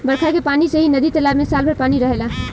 बरखा के पानी से ही नदी तालाब में साल भर पानी रहेला